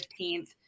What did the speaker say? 15th